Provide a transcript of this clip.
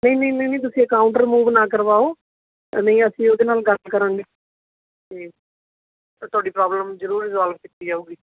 ਨਹੀਂ ਨਹੀਂ ਨਹੀਂ ਨਹੀਂ ਤੁਸੀਂ ਅਕਾਊਂਟ ਰਿਮੂਵ ਨਾ ਕਰਵਾਓ ਨਹੀਂ ਅਸੀਂ ਉਹਦੇ ਨਾਲ ਗੱਲ ਕਰਾਂਗੇ ਤਾਂ ਤੁਹਾਡੀ ਪ੍ਰੋਬਲਮ ਜ਼ਰੂਰ ਰਿਜੋਲਵ ਕੀਤੀ ਜਾਊਗੀ